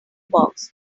box